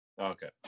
Okay